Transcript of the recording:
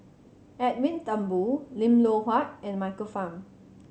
Edwin Thumboo Lim Loh Huat and Michael Fam